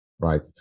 right